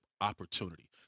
opportunity